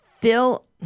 Phil